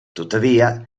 tuttavia